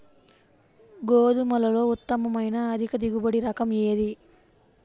గోధుమలలో ఉత్తమమైన అధిక దిగుబడి రకం ఏది?